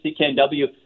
CKNW